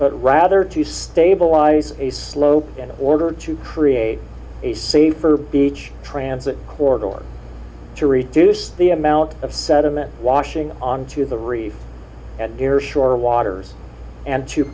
but rather to stabilize a slope in order to create a safer beach transit corner to reduce the amount of sediment washing onto the reef and near shore waters and to